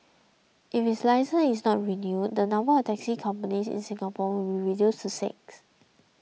if its licence is not renewed the number of taxi companies in Singapore will be reduced to six